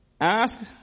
Ask